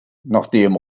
nachdem